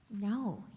No